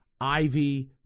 Ivy